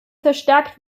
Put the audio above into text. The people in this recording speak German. verstärkt